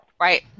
Right